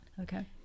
Okay